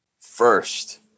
first